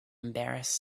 embarrassed